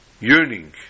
yearning